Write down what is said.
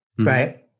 Right